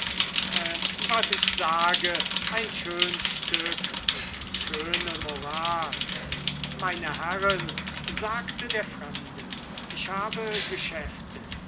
was ich sage ein schön stück und schöne moral meine herren sagte der fremde ich habe geschäfte